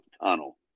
tunnel